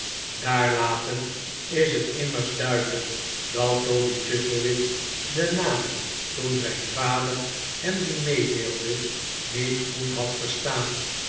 daar latend is het immers duidelijk dat toby chuzzlewit den naam toen zijn vader hem dien meedeelde niet goed had verstaan